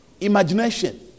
imagination